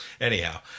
anyhow